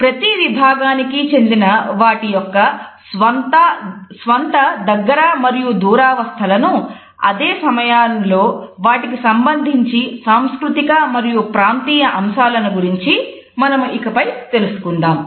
ప్రతి విభాగానికి చెందిన వాటి యొక్క స్వంత దగ్గర మరియు దూరావస్థలను అదే సమయంలో వాటికి సంబంధించి సాంస్కృతిక మరియు ప్రాంతీయ అంశాలను గురించి మనము ఇకపై తెలుసుకుందాము